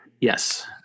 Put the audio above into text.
yes